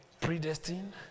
predestined